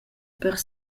per